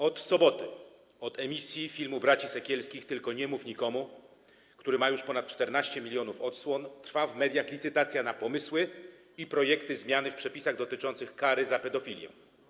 Od soboty, od emisji filmu braci Sekielskich „Tylko nie mów nikomu”, który ma już ponad 14 mln odsłon, trwa w mediach licytacja na pomysły i projekty zmian w przepisach dotyczących kary za pedofilię.